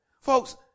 Folks